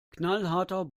knallharter